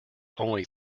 only